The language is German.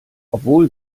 obwohl